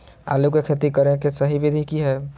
आलू के खेती करें के सही विधि की हय?